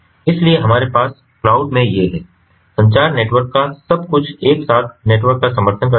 इसलिए हमारे पास क्लाउड में ये हैं संचार नेटवर्क का सब कुछ एक साथ नेटवर्क का समर्थन करता है